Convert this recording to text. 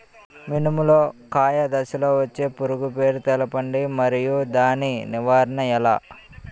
మినుము లో కాయ దశలో వచ్చే పురుగు పేరును తెలపండి? మరియు దాని నివారణ ఎలా?